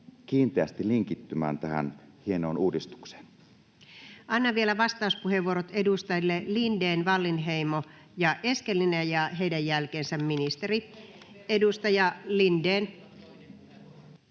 kiinteästi linkittymään tähän hienoon uudistukseen? Annan vielä vastauspuheenvuorot edustajille Lindén, Wallinheimo ja Eskelinen, ja heidän jälkeensä ministeri. [Leena